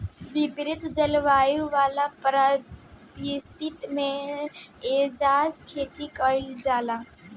विपरित जलवायु वाला परिस्थिति में एइजा खेती कईल जाला